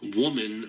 woman